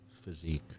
physique